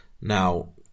Now